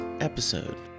episode